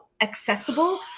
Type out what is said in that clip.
accessible